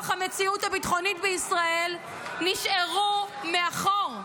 המציאות הביטחונית בישראל נשארו מאחור.